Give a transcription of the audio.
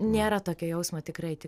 nėra tokio jausmo tikrai